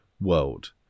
world